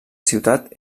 ciutat